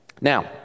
Now